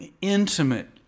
intimate